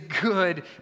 good